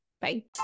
Bye